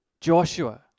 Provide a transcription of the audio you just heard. Joshua